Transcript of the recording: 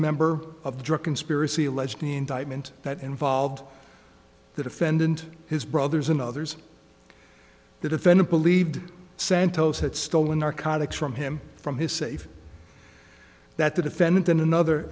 member of drug conspiracy alleged an indictment that involved the defendant his brothers and others the defendant believed santos had stolen narcotics from him from his safe that the defendant in another